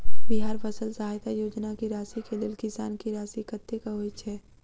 बिहार फसल सहायता योजना की राशि केँ लेल किसान की राशि कतेक होए छै?